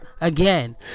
again